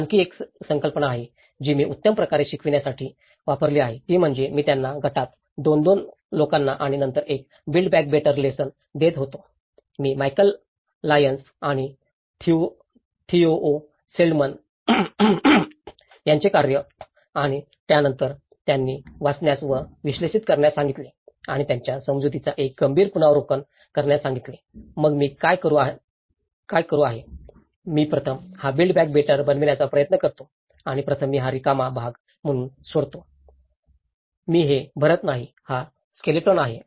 आणखी एक संकल्पना आहे जी मी उत्तम प्रकारे शिकविण्यासाठी वापरली आहे ती म्हणजे मी त्यांना गटात 2 2 लोकांना आणि नंतर एक बिल्ड बॅक बेटर लेसन देत होतो मीकल लायन्स आणि थियोओ शिल्डमॅनheo Schilderman's यांचे कार्य आणि नंतर मी त्यांना वाचण्यास व विश्लेषित करण्यास सांगितले आणि त्यांच्या समजुतीचा एक गंभीर पुनरावलोकन करण्यास सांगितले मग मी काय करू आहे मी प्रथम हा बिल्ड बॅक बेटर बनवण्याचा प्रयत्न करतो आणि प्रथम मी हा रिकामा भाग म्हणून सोडतो मी हे भरत नाही हा स्केलेटॉन आहे